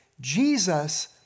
Jesus